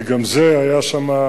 כי גם זה היה שם,